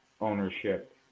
ownership